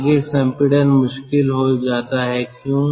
आगे संपीड़न मुश्किल हो जाता है क्यों